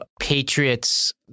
Patriots